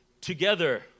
Together